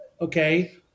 okay